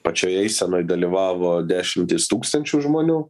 pačioj eisenoj dalyvavo dešimtys tūkstančių žmonių